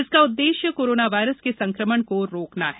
इसका उद्देश्य corona virus के संकमण को रोकना है